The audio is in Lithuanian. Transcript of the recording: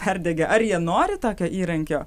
perdegę ar jie nori tokio įrankio